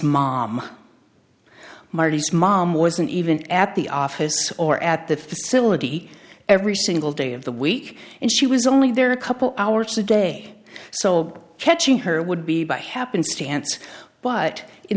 smom marty's mom wasn't even at the office or at the facility every single day of the week and she was only there a couple hours a day so catching her would be by happenstance but in